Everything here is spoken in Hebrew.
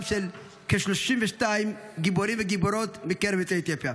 של 32 גיבורים וגיבורות מקרב יוצאי אתיופיה,